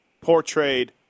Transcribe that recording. portrayed